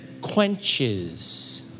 quenches